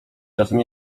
czasem